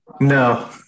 No